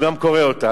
הוא גם קורא אותה,